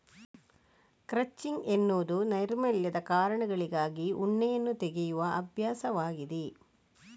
crutching ಎನ್ನುವುದು ನೈರ್ಮಲ್ಯದ ಕಾರಣಗಳಿಗಾಗಿ ಉಣ್ಣೆಯನ್ನು ತೆಗೆಯುವ ಅಭ್ಯಾಸವಾಗಿದೆ